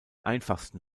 einfachsten